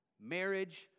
marriage